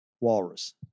Walrus